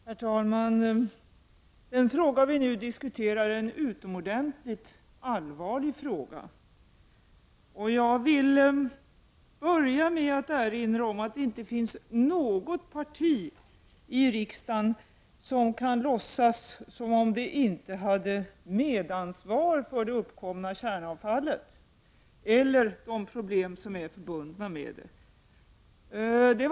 Herr talman! Den fråga vi nu diskuterar är utomordentligt allvarlig. Jag vill börja med att erinra om att det inte finns något parti i riksdagen som kan låtsas som om det inte hade medansvar för det uppkomna kärnavfallet eller de probelm som är förbundna med det.